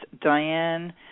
Diane